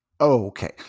Okay